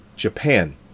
Japan